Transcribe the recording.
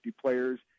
players